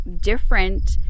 different